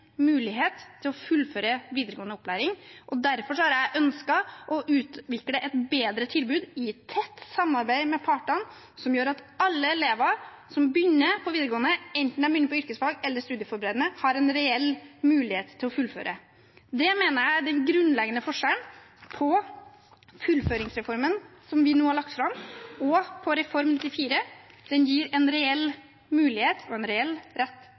mulighet til å fullføre videregående opplæring, og derfor har jeg ønsket å utvikle et bedre tilbud i tett samarbeid med partene som gjør at alle elever som begynner på videregående, enten de begynner på yrkesfag eller studieforberedende, har en reell mulighet til å fullføre. Det mener jeg er den grunnleggende forskjellen på fullføringsreformen, som vi nå har lagt fra, og Reform 94. Den gir en reell mulighet og en reell rett